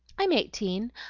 i'm eighteen.